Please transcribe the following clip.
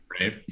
Right